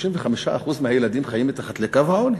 35% מהילדים חיים מתחת לקו העוני.